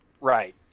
Right